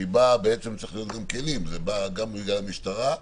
צריך להיות גם כנים היא באה גם בגלל המשטרה,